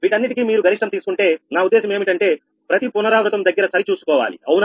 వీటన్నిటికి మీరు గరిష్టం తీసుకుంటే నా ఉద్దేశం ఏమిటంటే ప్రతి పునరావృతం దగ్గర సరి చూసుకోవాలి అవునా